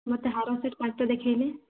ମୋତେ ହାର ସେଟ୍ ପାଞ୍ଚଟା ଦେଖାଇଲେ